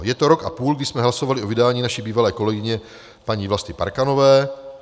Je to rok a půl, kdy jsme hlasovali o vydání naší bývalé kolegyně paní Vlasty Parkanové.